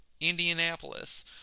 Indianapolis